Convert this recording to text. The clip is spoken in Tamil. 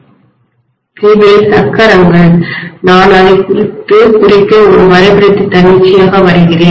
இவை சக்கரங்கள் நான் அதைக் குறிக்க ஒரு வரைபடத்தை தன்னிச்சையாக வரைகிறேன்